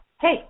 hey